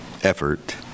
effort